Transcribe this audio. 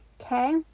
okay